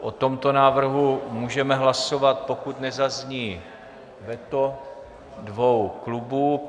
O tomto návrhu můžeme hlasovat, pokud nezazní veto dvou klubů.